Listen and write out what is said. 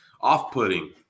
off-putting